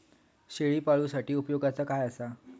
शेळीपाळूसाठी उपयोगाचा काय असा?